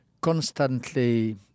constantly